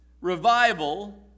revival